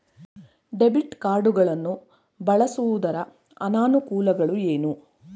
Debit card ಗಳನ್ನು ಬಳಸುವುದರ ಅನಾನುಕೂಲಗಳು ಏನು?